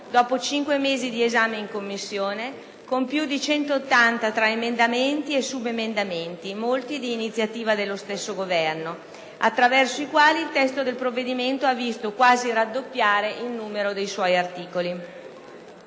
dopo cinque mesi di esame in Commissione, con più di 180 tra emendamenti e subemendamenti - molti di iniziativa dello stesso Governo - attraverso i quali il testo del provvedimento ha visto quasi raddoppiare il numero dei suoi articoli.